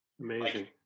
amazing